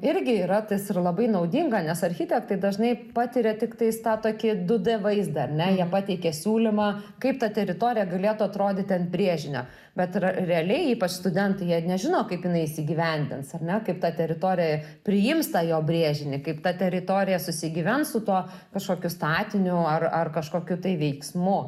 irgi yra tas ir labai naudinga nes architektai dažnai patiria tiktais tą tokį du d vaizdą ar ne jie pateikia siūlymą kaip ta teritorija galėtų atrodyti ant brėžinio bet r realiai ypač studentai jei nežino kaip jinai įsigyvendins ar ne kaip ta teritorija priims tą jo brėžinį kaip ta teritorija susigyvens su tuo kažkokiu statiniu ar ar kažkokiu tai veiksmu